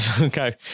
Okay